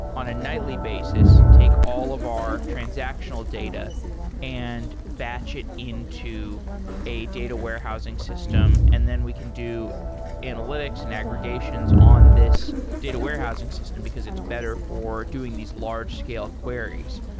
on a nightly basis, take all of our transactional data and batch it into a data warehousing system and then we can do analytics and aggregations on this data warehousing system, because it's better for doing these large scale queries.